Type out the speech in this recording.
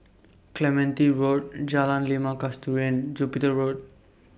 Clementi Road Jalan Limau Kasturi and Jupiter Road